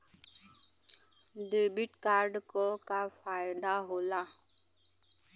Debit card क का फायदा हो ला?